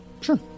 Sure